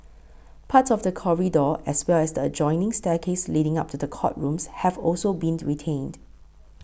part of the corridor as well as the adjoining staircase leading up to the courtrooms have also been retained